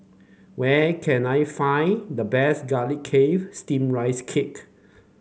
where can I find the best garlic chive steamed Rice Cake